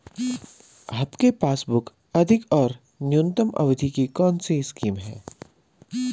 आपके पासबुक अधिक और न्यूनतम अवधि की कौनसी स्कीम है?